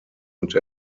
und